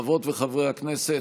חברות וחברי הכנסת,